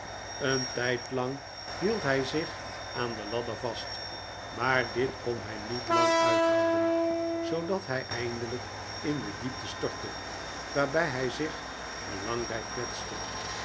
een tijdlang hield hij zich aan de ladder vast maar dit kon hij niet lang uithouden zoodat hij eindelijk in de diepte stortte waarbij hij zich belangrijk kwetste